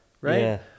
right